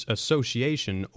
Association